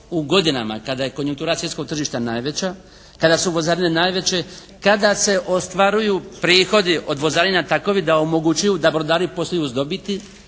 u godinama kada je konjuktura svjetskog tržišta najveća, kada su vozarine najveće, kada se ostvaruju prihodi od vozarina takovi da omogućuju da brodari posluju s dobiti